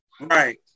Right